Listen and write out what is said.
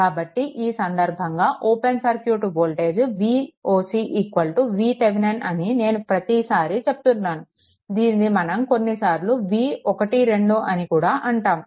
కాబట్టి ఈ సందర్భంగా open circuit voltage Voc VThevenin అని నేను ప్రతిసారి చెప్తున్నాను దీనిని మనం కొన్ని సార్లు V12 అని కూడా అంటాము